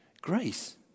Grace